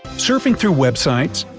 surfing through websites?